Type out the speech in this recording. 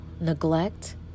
neglect